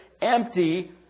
Empty